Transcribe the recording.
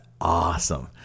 awesome